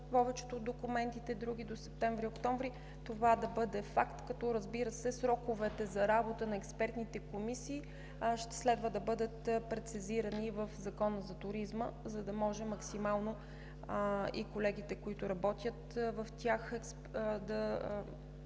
повечето други документи – до месец септември, октомври това да бъде факт, като, разбира се, сроковете за работа на експертните комисии следва да бъдат прецизирани в Закона за туризма, за да може максимално и колегите, които работят в тях, да